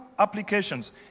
Applications